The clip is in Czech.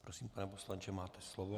Prosím pane poslanče, máte slovo.